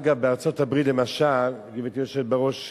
אגב, בארצות-הברית למשל, גברתי היושבת בראש,